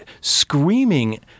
screaming